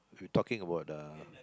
if you talking about uh